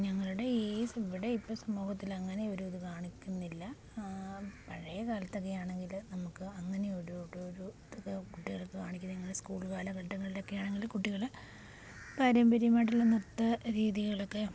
ഞങ്ങളുടെ ഈ ഇവിടെ ഇപ്പം സമൂഹത്തിൽ അങ്ങനെയൊരു ഇത് കാണിക്കുന്നില്ല പഴയ കാലത്തൊക്കെയാണെങ്കിൽ നമുക്ക് അങ്ങനെയൊരു ഒരു ഒരു ഇതൊക്കെ കുട്ടികൾക്ക് കാണിക്കുന്ന ഇങ്ങനെ സ്കൂൾ കാലഘട്ടങ്ങളിലൊക്കെയാണെങ്കിൽ കുട്ടികൾ പാരമ്പര്യമായിട്ടുള്ള നൃത്ത രീതികളൊക്കെ